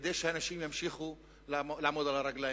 כדי שאנשים ימשיכו לעמוד על הרגליים,